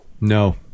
no